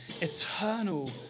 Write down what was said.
eternal